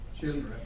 children